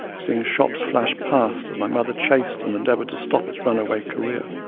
seeing shops flash past as my mother chased and endeavoured to stop its runaway career.